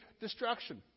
destruction